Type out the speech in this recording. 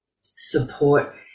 support